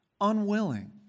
Unwilling